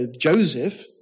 Joseph